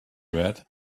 read